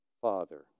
Father